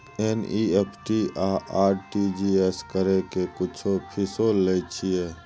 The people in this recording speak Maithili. एन.ई.एफ.टी आ आर.टी.जी एस करै के कुछो फीसो लय छियै?